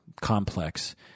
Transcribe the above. complex